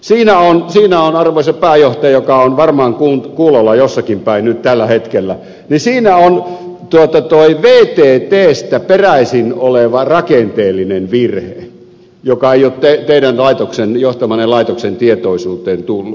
siinä on arvoisa pääjohtaja joka on varmaan kuulolla jossakin päin nyt tällä hetkellä vttstä peräisin oleva rakenteellinen virhe joka ei ole teidän johtamanne laitoksen tietoisuuteen tullut